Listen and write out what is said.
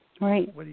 Right